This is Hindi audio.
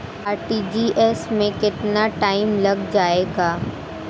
आर.टी.जी.एस में कितना टाइम लग जाएगा?